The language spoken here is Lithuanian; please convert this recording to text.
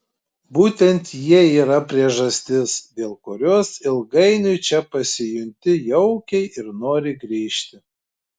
būtent jie yra priežastis dėl kurios ilgainiui čia pasijunti jaukiai ir nori grįžti